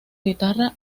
guitarra